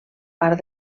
part